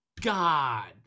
God